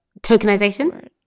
Tokenization